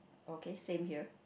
okay same here